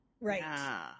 right